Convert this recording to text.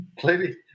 clearly